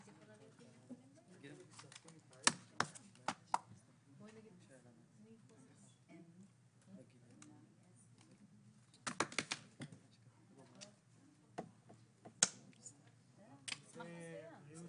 13:20.